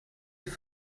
hier